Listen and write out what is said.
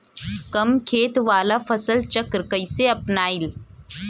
कम खेत वाला फसल चक्र कइसे अपनाइल?